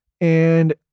And-